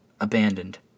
abandoned